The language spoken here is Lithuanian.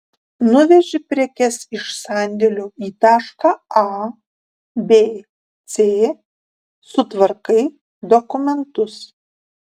nuveži prekes iš sandėlio į tašką a b c sutvarkai dokumentus